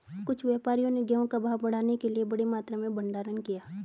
कुछ व्यापारियों ने गेहूं का भाव बढ़ाने के लिए बड़ी मात्रा में भंडारण किया